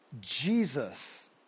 Jesus